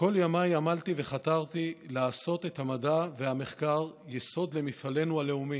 "כל ימיי עמלתי וחתרתי לעשות את המדע והמחקר יסוד למפעלנו הלאומי.